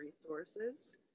resources